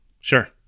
Sure